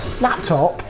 laptop